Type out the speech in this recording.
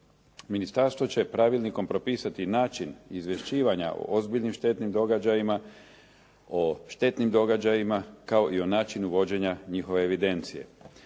Ministarstvo će pravilnikom propisati način izvješćivanja o ozbiljnim štetnim događajima, o štetnim događajima kao i o načinu vođenja njihove evidencije.